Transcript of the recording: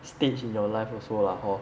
stage in your life also lah hor